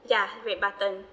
ya red button